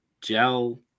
gel